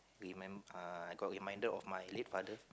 re~ uh I got reminded of my late father